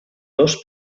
dos